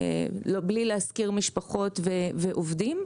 בלי להזכיר משפחות ועובדים,